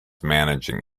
managing